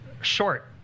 Short